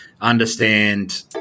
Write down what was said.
understand